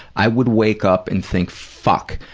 i would wake up and think, fuck,